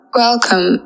welcome